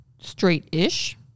straight-ish